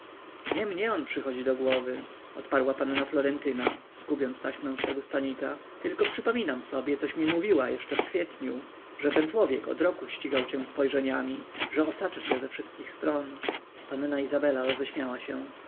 mnie on przychodzi do głowy odparła panna florentyna skubiąc taśmę swego stanika tylko przypominam sobie coś mi mówiła jeszcze w kwietniu że ten człowiek od roku ścigał cię spojrzeniami że osacza cię ze wszystkich stron panna izabela roześmiała się